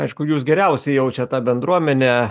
aišku jūs geriausiai jaučiat tą bendruomenę